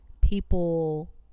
people